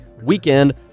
weekend